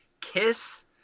Kiss